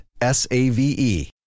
S-A-V-E